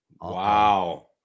wow